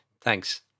Thanks